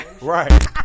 right